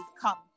come